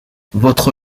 votre